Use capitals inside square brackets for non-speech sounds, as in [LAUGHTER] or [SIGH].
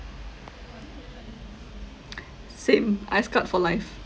[NOISE] same I scarred for life